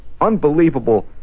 unbelievable